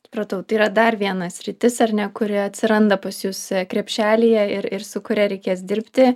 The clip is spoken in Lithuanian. supratau tai yra dar viena sritis ar ne kuri atsiranda pas jus krepšelyje ir ir su kuria reikės dirbti